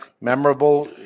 memorable